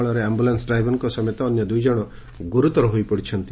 ଫଳରେ ଆମ୍ପୁଲାନ୍ପ ଡ୍ରାଇଭରଙ୍କ ସମେତ ଅନ୍ୟ ଦୁଇ ଜଶ ଗୁରୁତର ହୋଇପଡ଼ିଛନ୍ତି